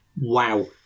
wow